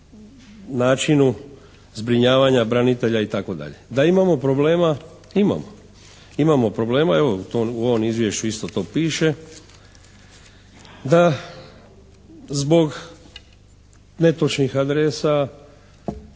načinu zbrinjavanja branitelja itd. Da imamo problema, imamo. Imamo problema. Evo, to u ovom izvješću isto to piše. Da zbog netočnih adresa,